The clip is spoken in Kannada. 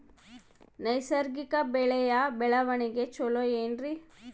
ನೈಸರ್ಗಿಕ ಬೆಳೆಯ ಬೆಳವಣಿಗೆ ಚೊಲೊ ಏನ್ರಿ?